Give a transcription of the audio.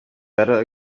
better